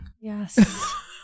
yes